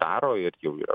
daro ir jau yra